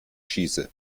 schieße